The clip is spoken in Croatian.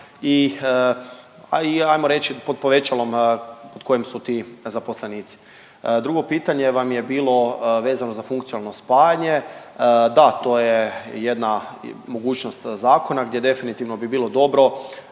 i ajmo reći pod povećalom pod kojim su ti zaposlenici. Drugo pitanje vam je bilo vezano za funkcionalno spajanje, da to je jedna mogućnost zakona gdje definitivno bi bilo dobro